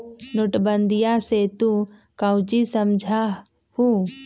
नोटबंदीया से तू काउची समझा हुँ?